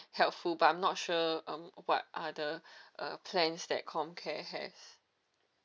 helpful but I'm not sure um what are the um plans that com care have